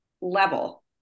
level